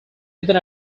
even